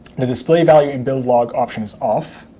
the display value in build log option is off,